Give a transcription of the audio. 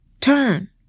turn